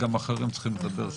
וגם אחרים צריכים לדבר,